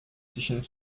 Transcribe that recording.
zwischen